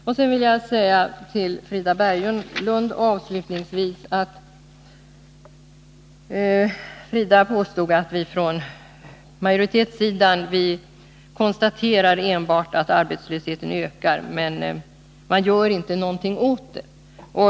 Låt mig avslutningsvis anknyta till det Frida Berglund sade när hon påstod att vi från utskottsmajoriteten enbart konstaterar att arbetslösheten ökar men inte gör någonting åt den.